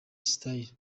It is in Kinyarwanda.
style